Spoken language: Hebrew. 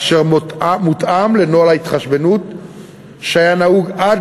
אשר מותאם לנוהל ההתחשבנות שהיה נהוג עד